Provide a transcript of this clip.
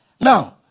Now